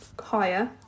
higher